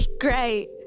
great